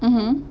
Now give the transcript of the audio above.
mmhmm